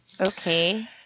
Okay